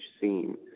scene